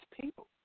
people